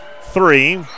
three